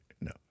No